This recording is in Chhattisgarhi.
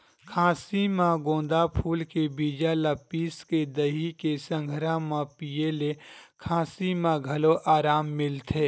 खाँसी म गोंदा फूल के बीजा ल पिसके दही के संघरा म पिए ले खाँसी म घलो अराम मिलथे